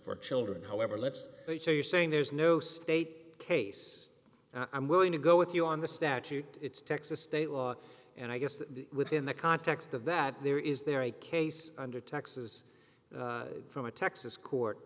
for children however let's say you're saying there's no state case and i'm willing to go with you on the statute it's texas state law and i guess that within the context of that there is there a case under texas from a texas court